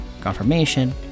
confirmation